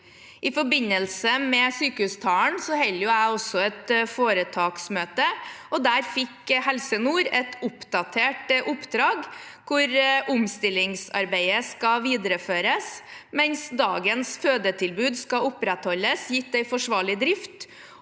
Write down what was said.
I forbindelse med sykehustalen holder jeg også et foretaksmøte. Der fikk Helse nord et oppdatert oppdrag hvor omstillingsarbeidet skal videreføres, mens dagens fødetilbud skal opprettholdes gitt en forsvarlig drift,